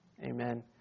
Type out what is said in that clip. Amen